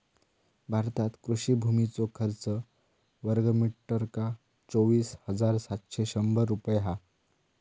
भारतात कृषि भुमीचो खर्च वर्गमीटरका चोवीस हजार सातशे शंभर रुपये हा